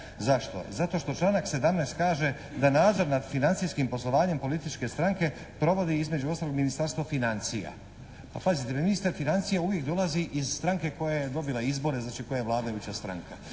Zašto? Zato što članak 17. kaže da nadzor nad financijskim poslovanjem političke stranke provodi između ostalog Ministarstvo financija. Pa ministar financija uvijek dolazi iz stranke koja je dobila izbore, znači koja je vladajuća stranka.